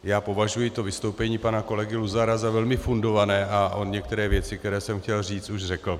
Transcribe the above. Já považuji vystoupení pana kolegy Luzara za velmi fundované a on některé věci, které jsem chtěl říct, už řekl.